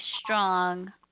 strong